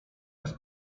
raz